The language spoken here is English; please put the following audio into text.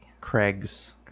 Craigs